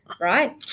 right